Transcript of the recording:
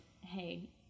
hey